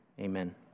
amen